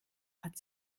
hat